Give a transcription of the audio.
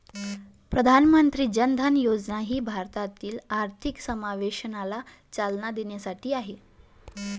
प्रधानमंत्री जन धन योजना ही भारतातील आर्थिक समावेशनाला चालना देण्यासाठी आहे